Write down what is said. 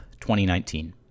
2019